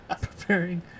preparing